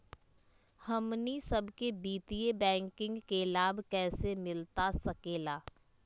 हमनी सबके वित्तीय बैंकिंग के लाभ कैसे मिलता सके ला?